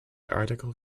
article